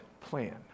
plan